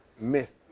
myth